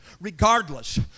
regardless